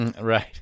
Right